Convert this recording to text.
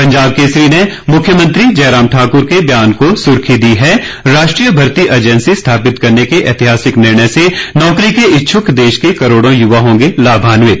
पंजाब केसरी ने मुख्यमंत्री जयराम ठाक्र के बयान को सुर्खी दी है राष्ट्रीय भर्ती एजैंसी स्थापित करने के ऐतिहासिक निर्णय से नौकरी के इच्छुक देश के करोड़ों युवा होंगे लाभान्वित